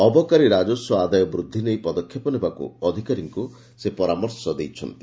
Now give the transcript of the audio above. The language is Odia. ଅବକାରୀ ରାଜସ୍ୱ ଆଦାୟ ବୃଦ୍ଧି ନେଇ ପଦକ୍ଷେପ ନେବାକୁ ଅଧିକାରୀଙ୍କୁ ସେ ପରାମର୍ଶ ଦେଇଛନ୍ତି